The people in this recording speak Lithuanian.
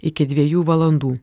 iki dviejų valandų